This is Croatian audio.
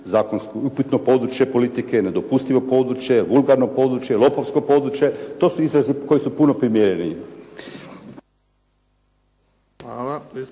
zakonski upitno područje politike, nedopustivo područje, vulgarno područje, lopovsko područje. To su izrazi koji su puno primjereniji.